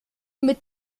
mit